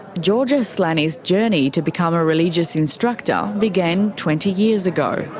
george ah aslanis' journey to become a religious instructor began twenty years ago.